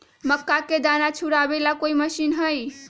मक्का के दाना छुराबे ला कोई मशीन हई का?